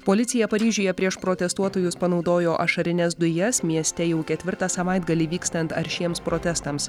policija paryžiuje prieš protestuotojus panaudojo ašarines dujas mieste jau ketvirtą savaitgalį vykstant aršiems protestams